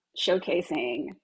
showcasing